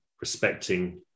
respecting